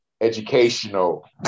Educational